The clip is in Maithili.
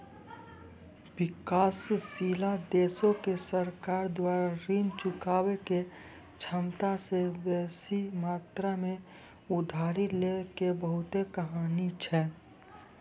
विकासशील देशो के सरकार द्वारा ऋण चुकाबै के क्षमता से बेसी मात्रा मे उधारी लै के बहुते कहानी छै